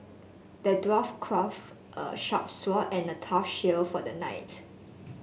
the dwarf crafted a sharp sword and a tough shield for the knight